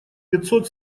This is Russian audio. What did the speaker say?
пятьсот